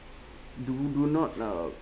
do do not uh